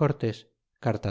cortés carta